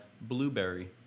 blueberry